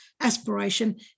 aspiration